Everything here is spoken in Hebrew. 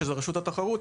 שזאת רשות התחרות,